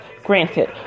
granted